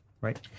Right